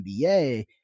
NBA